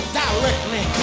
directly